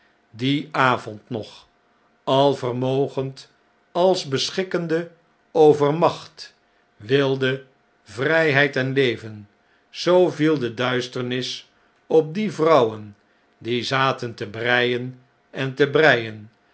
dien avond nog alvermogend als beschikkende over macht weelde vrijheid en leven zoo viel de duisternis op die vrouwen die zaten te breien en te breien